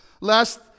Last